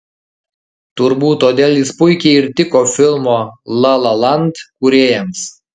turbūt todėl jis puikiai ir tiko filmo la la land kūrėjams